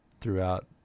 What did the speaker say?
throughout